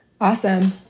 Awesome